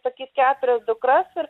sakyt keturias dukras ir